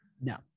No